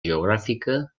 geogràfica